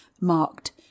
marked